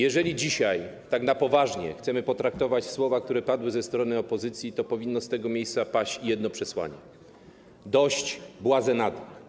Jeżeli dzisiaj tak na poważnie chcemy potraktować słowa, które padły ze strony opozycji, to powinno z tego miejsca paść jedno przesłanie: Dość błazenady.